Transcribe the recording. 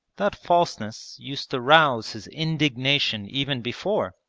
that falseness used to rouse his indignation even before,